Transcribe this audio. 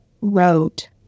wrote